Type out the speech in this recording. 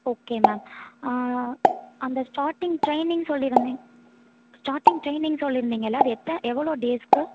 okay ma'am அந்த starting training சொல்லிருந்திங்க starting training சொல்லிருந்தீங்கல்ல அது எப்போ எவ்வளோ டேஸ்க்கு